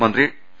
മന്ത്രി കെ